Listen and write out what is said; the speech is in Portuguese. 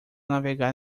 navegar